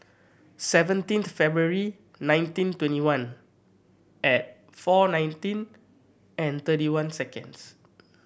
seventeenth February nineteen twenty one at four nineteen and thirty one seconds